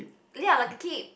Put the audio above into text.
ya like a kid